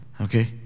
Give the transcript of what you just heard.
okay